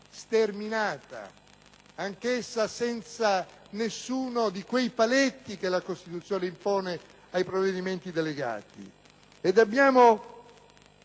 sterminata. Anche questa delega non ha nessuno di quei paletti che la Costituzione impone ai provvedimenti delegati.